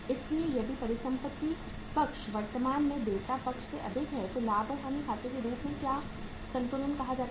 इसलिए यदि परिसंपत्ति पक्ष वर्तमान के देयता पक्ष से अधिक है तो लाभ और हानि खाते के रूप में क्या संतुलन कहा जाता है